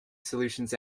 solutions